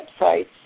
websites